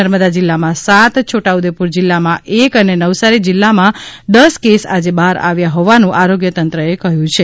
નર્મદા જિલ્લામાં સાત છોટા ઉદેપુર જિલ્લા માં એક અને નવસારી જિલ્લામાં દસ કેસ આજે બહાર આવ્યા હોવાનું આરોગ્ય તંત્ર એ કહ્યું છે